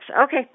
Okay